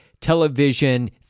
television